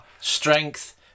strength